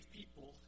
people